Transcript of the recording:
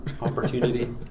opportunity